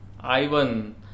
Ivan